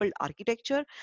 architecture